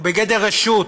הוא בגדר רשות.